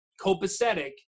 copacetic